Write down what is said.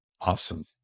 Awesome